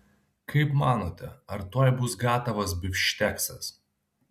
kaip manote ar tuoj bus gatavas bifšteksas